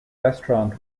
restaurant